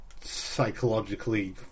psychologically